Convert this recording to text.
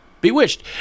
Bewitched